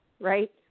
right